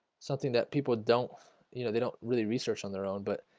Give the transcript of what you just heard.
something that people don't you know they don't really research on their own, but